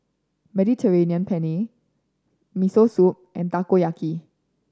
Mediterranean Penne Miso Soup and Takoyaki